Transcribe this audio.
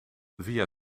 via